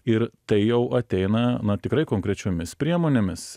ir tai jau ateina na tikrai konkrečiomis priemonėmis